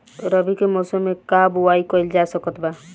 रवि के मौसम में का बोआई कईल जा सकत बा?